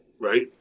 right